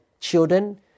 children